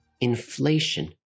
inflation